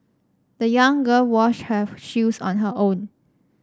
the young girl washed her shoes on her own